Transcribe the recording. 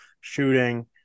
shooting